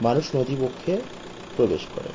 মানুষ নদীবক্ষে প্রবেশ করে